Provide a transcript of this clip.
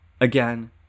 again